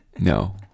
No